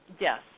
Yes